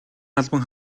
албан